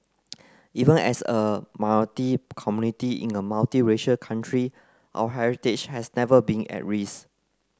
even as a minority community in a multiracial country our heritage has never been at risk